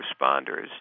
responders